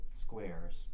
squares